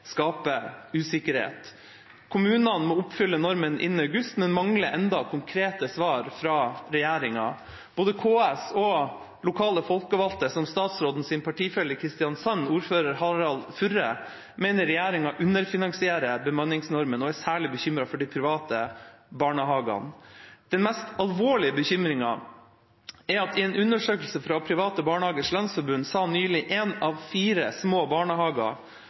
usikkerhet. Kommunene må oppfylle normen innen august, men mangler ennå konkrete svar fra regjeringa. Både KS og lokale folkevalgte, som statsrådens partifelle i Kristiansand, ordfører Harald Furre, mener regjeringa underfinansierer bemanningsnormen og er særlig bekymret for de private barnehagene. Den mest alvorlige bekymringen er at i en undersøkelse fra Private Barnehagers Landsforbund sa nylig én av fire små barnehager